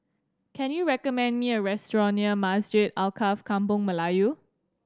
can you recommend me a restaurant near Masjid Alkaff Kampung Melayu